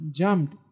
jumped